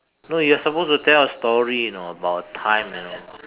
no you are supposed to tell a story you know about a time you know